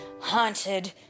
Haunted